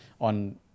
on